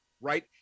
right